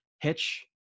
hitch